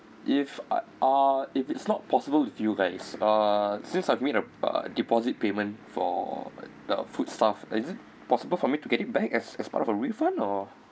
if uh if it's not possible with you guys uh since I've made a deposit payment for the food stuff is it possible for me to get it back as part of a refund or